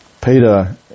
Peter